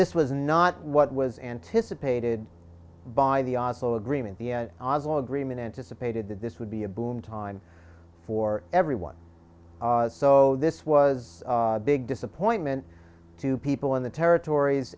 this was not what was anticipated by the oslo agreement the oslo agreement anticipated that this would be a boom time for everyone so this was a big disappointment to people in the territories